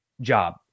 job